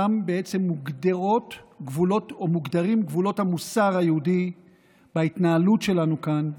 שם בעצם מוגדרים גבולות המוסר היהודי בהתנהלות שלנו כאן,